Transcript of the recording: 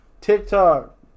TikTok